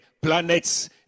planets